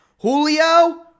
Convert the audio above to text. Julio